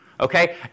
Okay